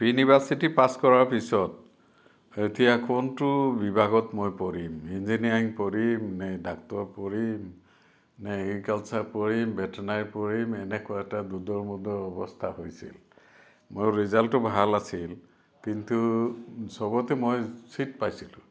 university pass কৰাৰ পিছত এতিয়া কোনটো বিভাগত মই পঢ়িম ইঞ্জিনিয়াৰিং পঢ়িম নে ডাক্টৰ পঢ়িম নে এগ্ৰিকালচাৰ পঢ়িম ভেটিনেৰি পঢ়িম এনেকুৱা এটা দোধোৰ মোধোৰ অৱস্থা হৈছিল মোৰ ৰিজাল্টো ভাল আছিল কিন্তু সবতে মই চিট পাইছিলো